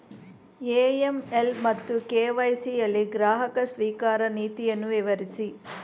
AML ಮತ್ತು KYC ಯಲ್ಲಿ ಗ್ರಾಹಕ ಸ್ವೀಕಾರ ನೀತಿಯನ್ನು ವಿವರಿಸಿ?